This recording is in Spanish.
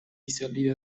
salida